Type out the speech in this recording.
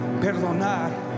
Perdonar